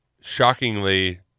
shockingly